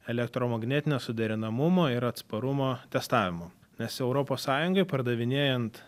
elektromagnetinio suderinamumo ir atsparumo testavimam nes europos sąjungoj pardavinėjant